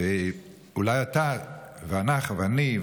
אולי אתה ואני,